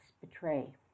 betray